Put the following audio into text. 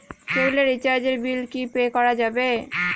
কেবিলের রিচার্জের বিল কি পে করা যাবে?